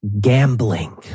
gambling